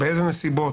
באילו נסיבות,